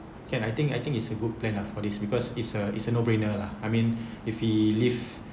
can I think I think it's a good plan lah for this because is a is a no brainer lah I mean if he leave